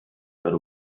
but